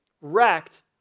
wrecked